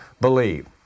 believe